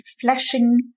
flashing